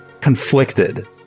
conflicted